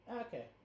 Okay